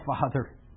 Father